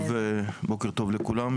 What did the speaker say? בוקר טוב לכולם,